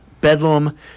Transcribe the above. Bedlam